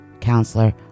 counselor